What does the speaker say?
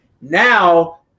Now